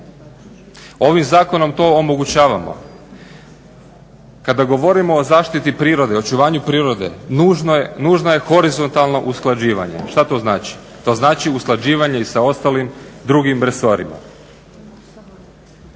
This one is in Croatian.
Ovim zakonom to omogućavamo. Kada govorimo o zaštiti prirode, očuvanju prirode nužno je horizontalno usklađivanje. Šta to znači? To znači usklađivanje i sa ostalim drugim resorima.